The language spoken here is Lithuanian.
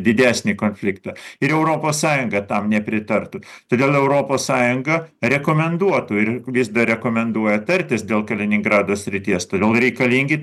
didesnį konfliktą ir europos sąjunga tam nepritartų todėl europos sąjunga rekomenduotų ir vis dar rekomenduoja tartis dėl kaliningrado srities todėl reikalingi